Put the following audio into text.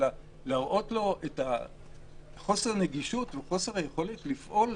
אלא להראות לו את חוסר הנגישות וחוסר היכולת לפעול,